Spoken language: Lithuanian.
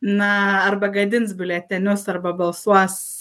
na arba gadins biuletenius arba balsuos